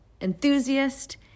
enthusiast